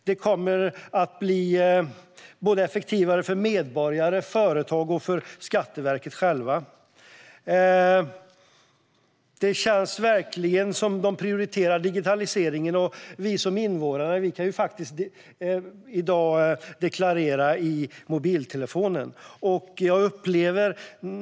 Det kommer att bli effektivare för såväl medborgare som företag och Skatteverket självt. Det känns verkligen att man har prioriterat digitaliseringen. Vi invånare kan ju i dag deklarera i mobiltelefonen.